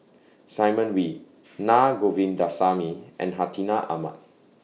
Simon Wee Na Govindasamy and Hartinah Ahmad